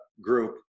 group